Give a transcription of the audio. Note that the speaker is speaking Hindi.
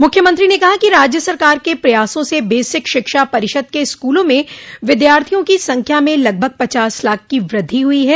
मुख्यमंत्री ने कहा कि राज्य सरकार के प्रयासों से बेसिक शिक्षा परिषद के स्कूलों में विद्यार्थियों की संख्या में लगभग पचास लाख की वृद्धि हुई है